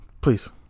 Please